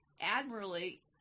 admirably